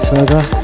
Further